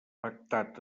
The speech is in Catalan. pactat